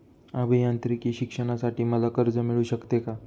अभियांत्रिकी शिक्षणासाठी मला कर्ज मिळू शकते का?